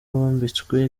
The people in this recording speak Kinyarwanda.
wambitswe